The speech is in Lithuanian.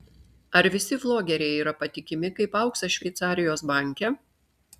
ar visi vlogeriai yra patikimi kaip auksas šveicarijos banke